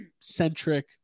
centric